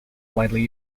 widely